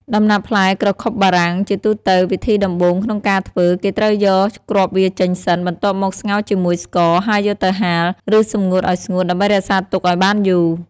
ដំណាប់ផ្លែក្រខុបបារាំង ជាទូទៅវិធីដំបូងក្នុងការធ្វើគេត្រូវយកគ្រាប់វាចេញសិន បន្ទាប់មកស្ងោរជាមួយស្ករ ហើយយកទៅហាល ឬសម្ងួតឱ្យស្ងួត ដើម្បីរក្សាទុកឱ្យបានយូរ។